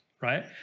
right